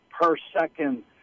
per-second